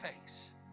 face